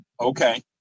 Okay